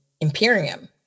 Imperium